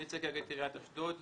אני אייצג כרגע את עיריית אשדוד.